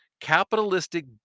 capitalistic